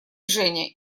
женя